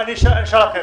אשאל אחרת: